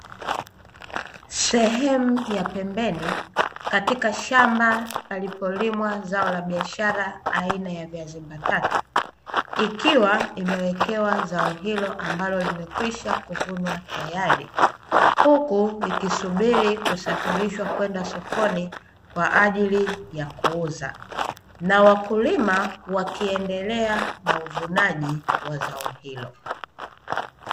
Sehemu ya pembeni katika shamba palipolimwa zao la biashara aina ya viazi mbatata, ikiwa imeekewa zao hilo ambalo limekwisha kuvunwa, tayari huku likisubili kusafilishwa kwenda sokoni kwaajili ya kuuza na wakulima wakiendelea na uvunaji wa zao hilo.